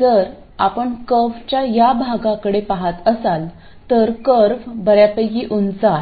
जर आपण कर्वच्या या भागाकडे पहात असाल तर कर्व बर्यापैकी उंच आहे